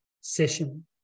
session